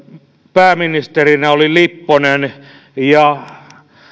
pääministerinä oli lipponen ja